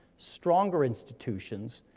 stronger institutions,